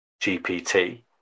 GPT